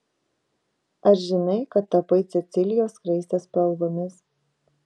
ar žinai kad tapai cecilijos skraistės spalvomis